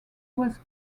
was